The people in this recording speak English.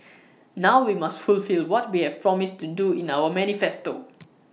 now we must fulfil what we have promised to do in our manifesto